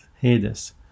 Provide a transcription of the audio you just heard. Hades